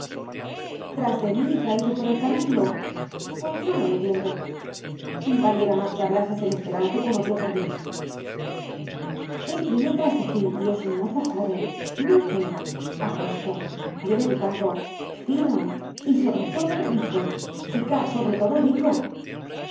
tras de mí y traído por el canario pues no lo entiendo valiera más que hablases en esperanto como tío fermín él viene tras de ti y es un mozo joven no feo apuesto bien educado fino y sobre todo rico chica sobre todo rico